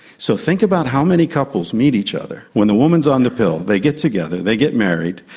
so think about how many couples meet each other when the woman is on the pill, they get together, they get married,